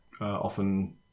often